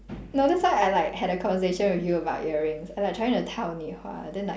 no that's why I like had a conversation with you about earrings I like trying to tell you !whoa! then like